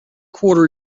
quarter